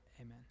Amen